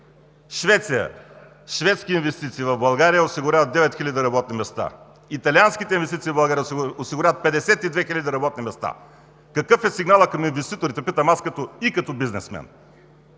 Швеция. Шведски инвестиции в България осигуряват девет хиляди работни места. Италианските инвестиции в България осигуряват петдесет и две хиляди работни места. Какъв е сигналът към инвеститорите, питам аз и като бизнесмен,